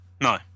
no